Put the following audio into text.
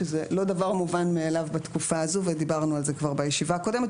שזה לא דבר מובן מאליו בתקופה הזו ודיברנו על זה כבר בישיבה הקודמת.